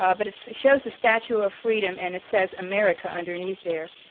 um but it so shows the statue of freedom and it says america underneath there.